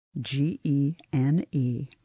G-E-N-E